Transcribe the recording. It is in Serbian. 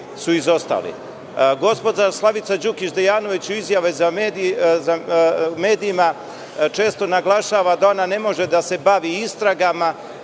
su izostali. Gospođa Slavica Đukić Dejanović u izjavi medijima često naglašava da ona ne može da se bavi istragama,